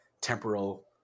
temporal